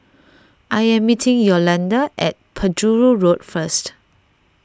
I am meeting Yolanda at Penjuru Road first